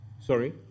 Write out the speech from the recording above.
Sorry